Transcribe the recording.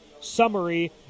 summary